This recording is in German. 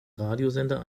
radiosender